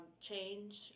change